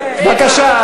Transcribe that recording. בבקשה.